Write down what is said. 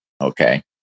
Okay